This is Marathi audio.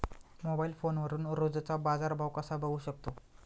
मोबाइल फोनवरून रोजचा बाजारभाव कसा बघू शकतो?